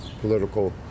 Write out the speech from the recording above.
political